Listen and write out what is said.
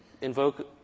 invoke